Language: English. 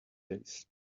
days